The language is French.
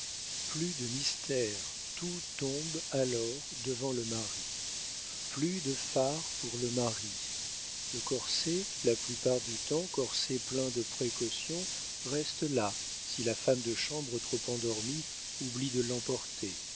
plus de mystères tout tombe alors devant le mari plus de fard pour le mari le corset la plupart du temps corset plein de précautions reste là si la femme de chambre trop endormie oublie de l'emporter